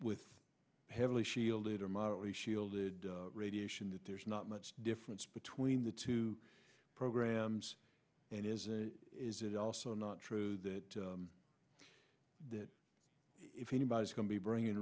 with heavily shielded or moderately shielded radiation that there's not much difference between the two programs and is it is it also not true that if anybody's going to bring in